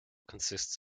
consists